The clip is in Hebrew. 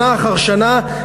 שנה אחר שנה,